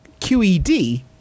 QED